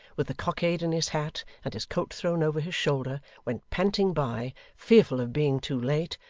with the cockade in his hat, and his coat thrown over his shoulder, went panting by, fearful of being too late,